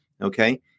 okay